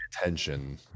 attention